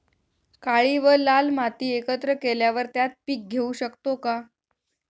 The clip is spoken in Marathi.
काळी व लाल माती एकत्र केल्यावर त्यात पीक घेऊ शकतो का?